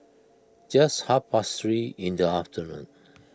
just half past three in the afternoon